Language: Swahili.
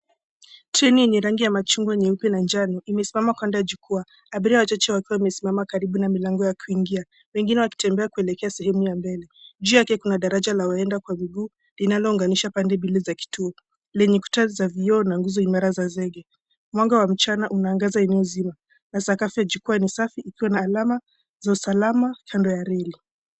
Treni yenye rangi ya machungwa na njano imesimama kando ya jukwaa abiria wachache wakiwa wamesimama karibu na milango ya kuingia wengine wakitembea kuelekea sehemu ya mbele. Juu yake kuna daraja linaloenda kwa miguu linalounganisha pande mbili za kituo lenye kuta za vioo na nguzo imara za zege. Mwanga wa mchana unaangaza eneo zima na sakafu ya jukwaa ni safi ikiwa na alama za usalama kando ya reli.